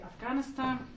Afghanistan